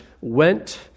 went